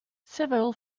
several